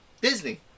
Disney